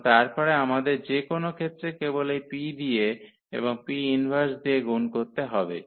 এবং তারপরে আমাদের যে কোনও ক্ষেত্রে কেবল এই P দিয়ে এবং 𝑃−1 দিয়ে গুণ করতে হবে